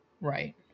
Right